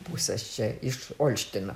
pusės čia iš olštyno